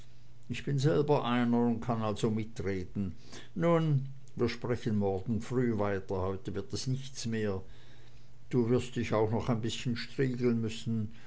ich bin selber einer und kann also mitreden nun wir sprechen morgen früh weiter heute wird es nichts mehr du wirst dich auch noch ein bißchen striegeln müssen